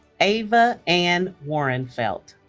ava ann warrenfelt